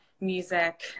music